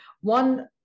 one